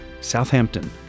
Southampton